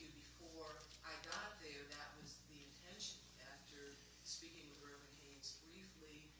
before i got there that was the intention after speaking with reuben haines briefly,